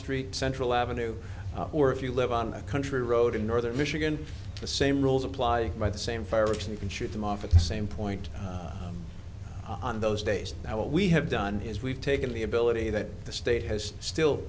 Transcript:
street central avenue or if you live on a country road in northern michigan the same rules apply by the same fireworks you can shoot them off at the same point on those days that we have done is we've taken the ability that the state has still